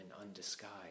undisguised